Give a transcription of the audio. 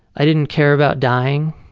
i didn't care about dying.